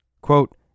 Quote